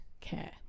care